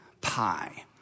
pie